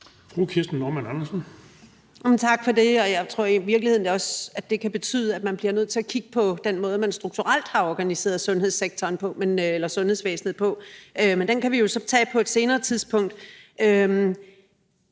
Kirsten Normann Andersen (SF): Tak for det. Jeg tror i virkeligheden også, at det kan betyde, at man bliver nødt til at kigge på den måde, man strukturelt har organiseret sundhedsvæsenet på. Men det kan vi jo så tage på et senere tidspunkt.